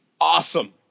awesome